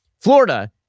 Florida